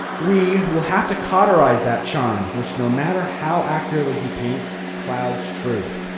we will have to cauterize that charm which no matter how accurately he paints, clouds truth,